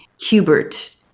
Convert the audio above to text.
Hubert